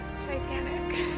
Titanic